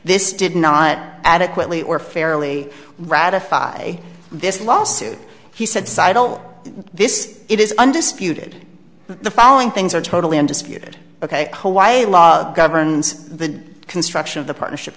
this did not adequately or fairly ratified this lawsuit he said cite all this it is undisputed the following things are totally undisputed ok why a law governs the construction of the partnership